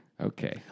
Okay